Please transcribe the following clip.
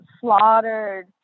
slaughtered